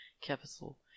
capital